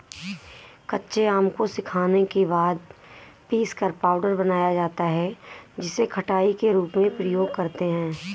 कच्चे आम को सुखाने के बाद पीसकर पाउडर बनाया जाता है जिसे खटाई के रूप में प्रयोग करते है